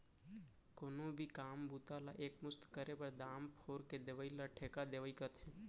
कोनो भी काम बूता ला एक मुस्त करे बर, दाम फोर के देवइ ल ठेका देवई कथें